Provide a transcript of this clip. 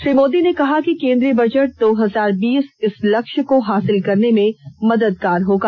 श्री मोदी ने कहा कि केन्द्रीय बजट दो हजार बीस इस लक्ष्य को हासिल करने में मददगार होगा